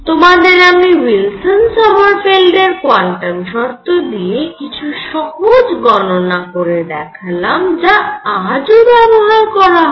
তোমাদের আমি উইলসন সমারফেল্ডের কোয়ান্টাম শর্ত দিয়ে কিছু সহজ গণনা করে দেখালাম যা আজও ব্যবহার করা হয়